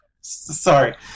Sorry